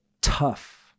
tough